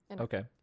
Okay